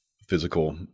physical